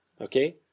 Okay